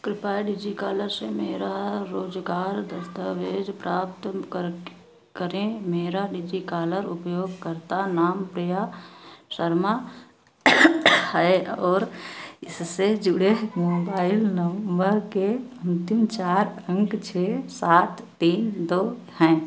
कृपया डिजिकालर से मेरा रोज़गार दस्तावेज़ प्राप्त कर के करें मेरा डिजिकालर उपयोगकर्ता नाम प्रिया शर्मा है और इससे जुड़े मोबाइल नम्बर के अंतिम चार अंक छः सात तीन दो हैं